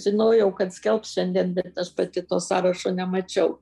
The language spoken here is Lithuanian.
žinojau kad skelbs šiandien bet aš pati to sąrašo nemačiau